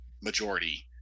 majority